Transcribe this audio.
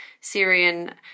Syrian